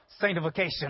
sanctification